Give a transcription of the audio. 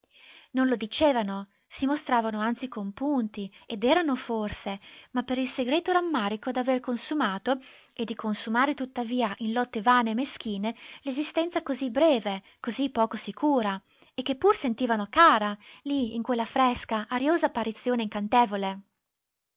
non lo dicevano si mostravano anzi compunti ed erano forse ma per il segreto rammarico d'aver consumato e di consumare tuttavia in lotte vane e meschine l'esistenza così breve così poco sicura e che pur sentivano cara lì in quella fresca ariosa apparizione incantevole